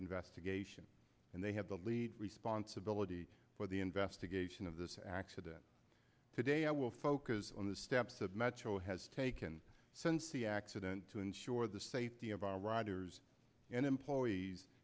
investigation and they have the lead responsibility for the investigation of this accident today i will focus on the steps of metro has taken since the accident to ensure the safety of our riders and employees